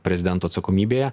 prezidento atsakomybėje